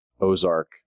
Ozark